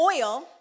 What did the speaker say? oil